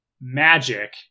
magic